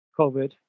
COVID